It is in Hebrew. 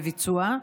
בביצוע,